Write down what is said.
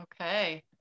Okay